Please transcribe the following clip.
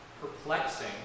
perplexing